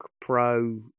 Pro